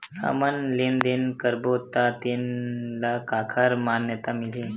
हमन लेन देन करबो त तेन ल काखर मान्यता मिलही?